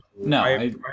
no